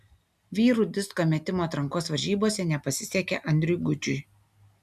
vyrų disko metimo atrankos varžybose nepasisekė andriui gudžiui